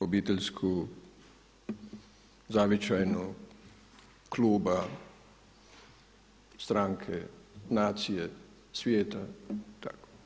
obiteljsku, zavičajnu, kluba, stranke, nacije, svijeta i tako.